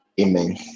Amen